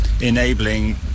enabling